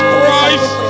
Christ